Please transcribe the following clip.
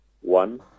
One